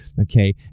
Okay